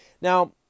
Now